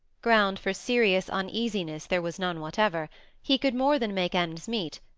ground for serious uneasiness there was none whatever he could more than make ends meet,